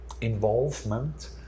involvement